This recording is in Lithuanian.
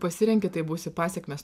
pasirenki tai būsi pasekmės